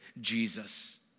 Jesus